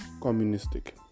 communistic